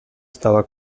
stava